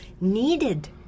needed